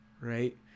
right